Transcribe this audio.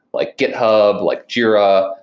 like github, like jira.